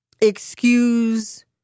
excuse